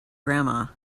grandma